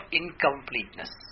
incompleteness